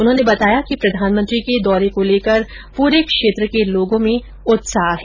उन्होंने बताया कि प्रधानमंत्री के दौरे को लेकर पूरे क्षेत्र के लोगों में उत्साह है